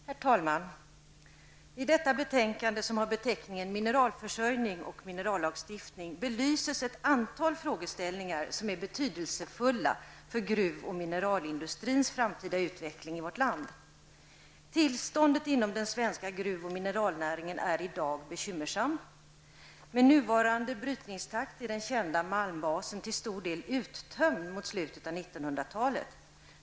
Herr talman! I detta betänkande, som har beteckningen Mineralförsörjning och minerallagstiftning, belyses ett antal frågeställningar som är betydelsefulla för gruv och mineralindustrins framtida utveckling i vårt land. Tillståndet inom den svenska gruv och mineralnäringen är i dag bekymmersamt. Med nuvarande brytningstakt är den kända malmbasen till stor del uttömd mot slutet av 1900-talet.